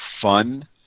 fun